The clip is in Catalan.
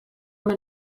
una